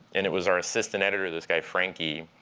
and it was our assistant editor, this guy frankie,